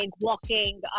walking